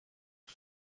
sur